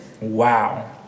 Wow